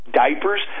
diapers